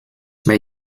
bei